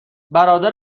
برادر